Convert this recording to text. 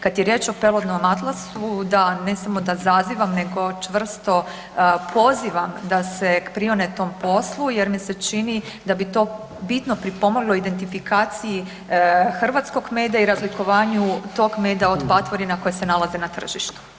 Kad je riječ o Peludnom atlasu, da, ne samo da zazivam nego čvrsto pozivam da se prione tom poslu jer mi se čini da bi to bitno pripomoglo identifikacije hrvatskog meda i razlikovanju tog meda od patvorina koje se nalaze na tržištu.